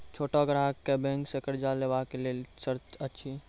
छोट ग्राहक कअ बैंक सऽ कर्ज लेवाक लेल की सर्त अछि?